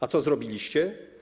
A co zrobiliście?